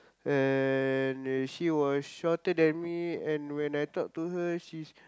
and she was shorter than me and when I talk to her she's